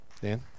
Dan